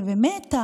ובאמת,